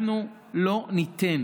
אנחנו לא ניתן,